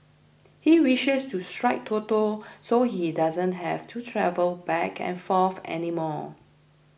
he wishes to strike Toto so he doesn't have to travel back and forth any more